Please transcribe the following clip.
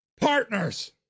Partners